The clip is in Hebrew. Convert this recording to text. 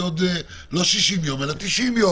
ואנחנו מבקשים להציע ככה.